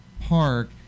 park